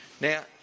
Now